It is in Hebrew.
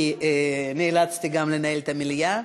כי נאלצתי גם לנהל את המליאה.